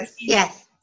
Yes